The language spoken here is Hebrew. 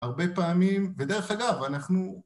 הרבה פעמים, ודרך אגב, אנחנו...